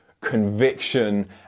conviction